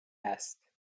است